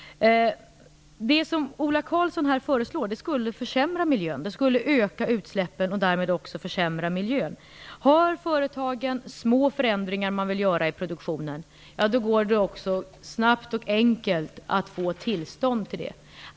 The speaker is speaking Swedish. Det Ola Karlsson föreslår skulle försämra miljön. Det skulle öka utsläppen och därmed också försämra miljön. Vill företagen göra små förändringar i produktionen går det också snabbt och enkelt att få tillstånd till det.